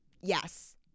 Yes